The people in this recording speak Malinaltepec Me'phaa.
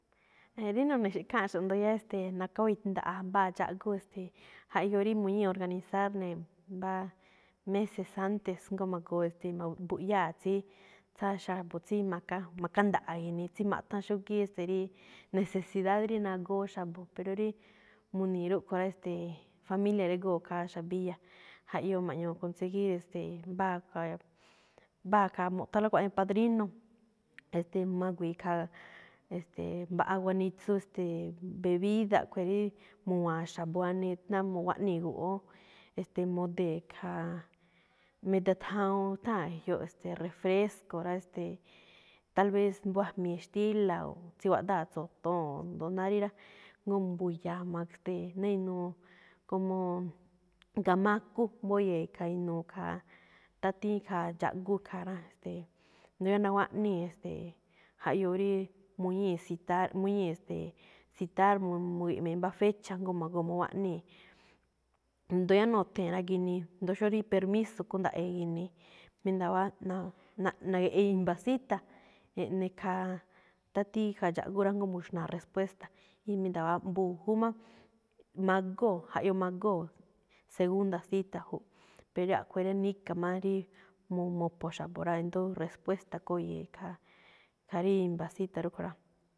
Rí no̱ne̱xo̱ꞌ ikháanꞌxo̱ꞌ jndo yáá, e̱ste̱e̱, nakawítanda̱ꞌa̱a̱ mbáa dxáꞌgú, e̱ste̱e̱, jaꞌyoo rí muñíi̱ oraganizar ne̱ mbá meses antes, jngó ma̱goo, e̱ste̱e̱, ma- mbuꞌyáa̱ tsí, tsáa xa̱bo̱ tsí ma̱ka̱-ma̱kánda̱ꞌa̱, tsí maꞌthán xúgíí, e̱ste̱e̱, rí necesidad rí nagóó xa̱bo̱, pero rí muni̱i̱ rúꞌkhue̱n rá, e̱ste̱e̱, familia régo̱o̱ khaa xa̱biya̱, jaꞌyoo ma̱ꞌñuu conseguir, e̱ste̱e̱, mbáa khaa- mbáa khaa mu̱ꞌthánlóꞌ kuaꞌnii padrino, e̱ste̱e̱ magui̱i̱ khaa, e̱ste̱e̱, mbaꞌa guanitsu, e̱ste̱e̱, bebida khue̱n rí mu̱wa̱a̱n xuabanii ná mu̱guáꞌníi̱ guꞌwúún. E̱ste̱e̱, modee̱ khaa, meda thawuun, tháa̱n e̱jyoꞌ, refresco rá, e̱ste̱e̱, tal vez mbóó a̱jmi̱i xtíla̱ o tsí guáꞌdáa̱ tso̱toon, oo jndo náá rí rá, jngó mbuya̱a̱ ma̱tii̱n ná inuu, como ngamaku mboye̱e̱ khaa inuu, khaa tátíín khaa dxáꞌgú khaa rá. Ste̱e̱, ndóo yáá naguáꞌníi, e̱ste̱e̱, jaꞌyoo rí muñíi̱ citar, muñíi̱ e̱ste̱e̱ citar, mua- mu̱gi̱ꞌmee̱ mbá fecha, jngó ma̱goo mu̱guáꞌníi̱. Ndo yáá nuthee̱n rá, ginii jndo xóo rí permiso kúnꞌda̱ꞌe̱e̱ ginii, mí nda̱wa̱á na̱-na̱ge̱ꞌe̱ i̱mba̱ i̱mba̱ cita eꞌne khaa tátíi khaa dxáꞌgú rá, jngó muxnaa̱ respuesta. mbu̱jú máꞌ magóo̱, jaꞌyoo magóo̱ segunda cita júꞌ, pero a̱ꞌkhue̱n rá, níka̱ máꞌ rí mu̱-mu̱pho̱ xa̱bo̱ rá. E̱ndo̱ó respuesta kúye̱e̱ khaa, khaa rí i̱mba̱ cita rúꞌkhue̱n rá.